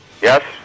Yes